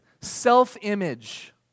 self-image